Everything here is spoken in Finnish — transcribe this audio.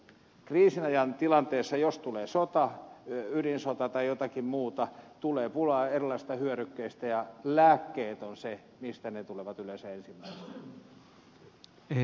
kriisinajan tilanteessa jos tulee sota ydinsota tai jotakin muuta tulee pulaa erilaisista hyödykkeistä ja lääkkeet ovat se mistä ne tulevat yleensä ensimmäisenä